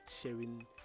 sharing